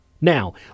Now